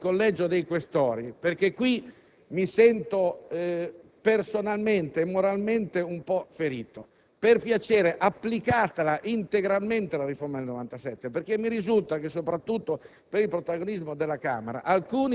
la riforma del 1997. Lo dico al Collegio dei Questori perché mi sento personalmente e moralmente un po' ferito. Per cortesia, applicate integralmente la riforma del 1997, perché mi risulta che soprattutto